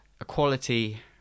Equality